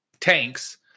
tanks